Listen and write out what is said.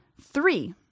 Three